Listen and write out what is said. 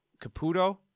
Caputo